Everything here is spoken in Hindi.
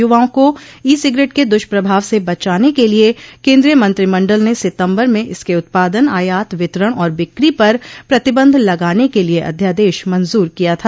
युवाओं को ई सिगरेट के दुष्प्रभाव से बचाने के लिए केंद्रीय मंत्रिमंडल ने सितंबर में इसके उत्पादन आयात वितरण और बिक्री पर प्रतिबंध लगाने के लिए अध्यादेश मंजूर किया था